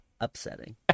Upsetting